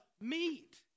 meat